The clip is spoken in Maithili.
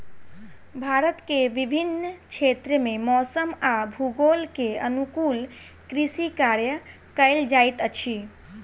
भारत के विभिन्न क्षेत्र में मौसम आ भूगोल के अनुकूल कृषि कार्य कयल जाइत अछि